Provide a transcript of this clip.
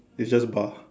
it is just bar